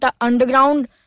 underground